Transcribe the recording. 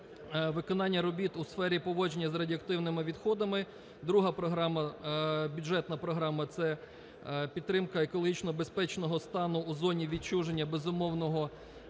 виконання робіт у сфері поводження з радіоактивними відходами, друга програма, бюджетна програма, це підтримка екологічно-безпечного стану у зоні відчуження безумовного